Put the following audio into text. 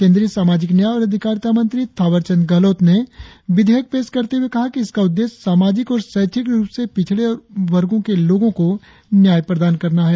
केंद्रीय सामाजिक न्याय और अधिकारिता मंत्री थावरचंद गहलोत ने विधेयक पेश कते हुए कहा कि इसका उद्देश्य सामाजिक और शैक्षणिक रुप से पिछड़े हुए वर्गों के लोगों को न्याय प्रदान करना है